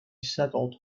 settled